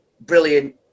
brilliant